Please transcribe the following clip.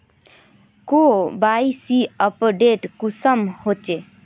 KYC update कुंसम होचे?